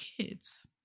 kids